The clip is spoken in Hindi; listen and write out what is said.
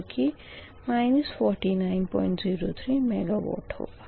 जो कि 4903 मेगावाट होगा